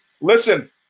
Listen